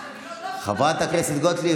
חברת הכנסת גוטליב,